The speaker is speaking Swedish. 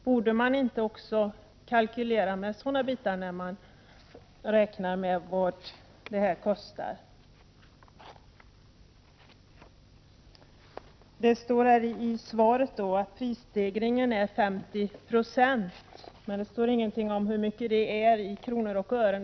Borde man inte kalkylera också med sådana saker när man räknar ut vad det kostar? Det heter i svaret att prisstegringen är 50 96, men det sägs ingenting om hur mycket det är i kronor och ören.